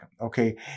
okay